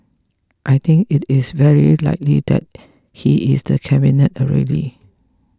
I think it is very likely that he is the Cabinet already